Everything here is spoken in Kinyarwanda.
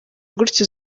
gutyo